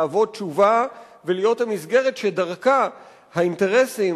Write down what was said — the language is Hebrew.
להוות תשובה ולהיות המסגרת שדרכה האינטרסים,